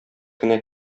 кенә